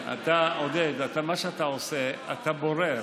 עודד, מה שאתה עושה, אתה בורר